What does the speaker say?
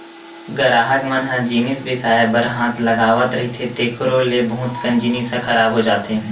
गराहक मन ह जिनिस बिसाए बर हाथ लगावत रहिथे तेखरो ले बहुत कन जिनिस ह खराब हो जाथे